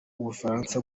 ubufaransa